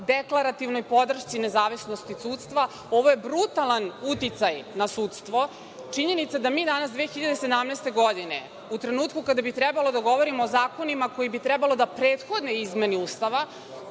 deklarativnoj podršci nezavisnosti sudstva. Ovo je brutalan uticaj na sudstvo. Činjenica da mi danas 2017. godine u trenutku kada bi trebalo da govorimo o zakonima koji bi trebalo da prethode izmeni Ustava,